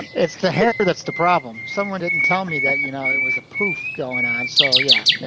it's the hair that's the problem. someone didn't tell me that, you know, it was a poof going on. so yeah, yeah